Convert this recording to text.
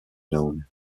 known